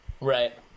Right